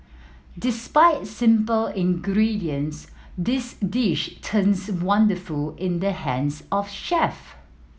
despite simple ingredients this dish turns wonderful in the hands of chef